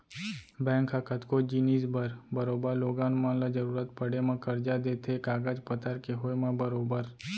bank ह कतको जिनिस बर बरोबर लोगन मन ल जरुरत पड़े म करजा देथे कागज पतर के होय म बरोबर